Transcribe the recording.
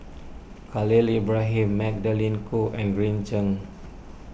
Khalil Ibrahim Magdalene Khoo and Green Zeng